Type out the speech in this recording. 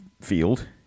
field